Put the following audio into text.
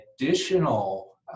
additional